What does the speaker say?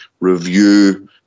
review